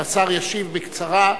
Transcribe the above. השר ישיב בקצרה.